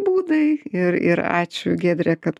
būdai ir ir ačiū giedre kad